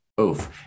Oof